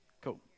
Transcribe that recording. Cool